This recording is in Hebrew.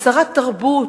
כשרת התרבות,